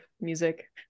music